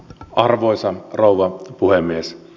arvoisa rouva puhemies